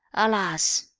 alas!